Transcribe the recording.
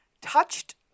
touched